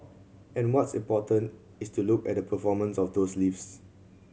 and what's important is to look at the performance of those lifts